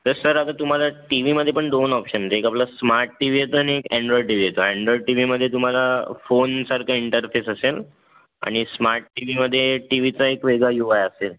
तर सर आता तुम्हाला टी वीमध्ये पण दोन ऑप्शन येतात एक आपला स्मार्ट टी वी येतो आणि एक अँड्रॉइड टी वी येतो अँड्रॉइड टी वीमध्ये तुम्हाला फोनसारखा इंटरफेस असेल आणि स्मार्ट टी वीमध्ये टी वीचा एक वेगळा यू आय असेल